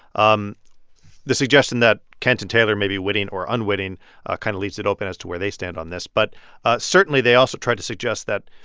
um the suggestion that kent and taylor may be witting or unwitting ah kind of leaves it open as to where they stand on this. but certainly, they also tried to suggest that,